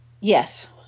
Yes